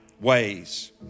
ways